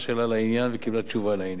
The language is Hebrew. זהבה גלאון שאלה שאלה לעניין וקיבלה תשובה לעניין.